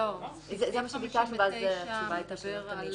לגבי הפרט שמדבר על